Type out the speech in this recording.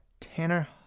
Tanner